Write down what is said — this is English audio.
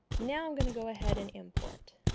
now, i'm going to go ahead and import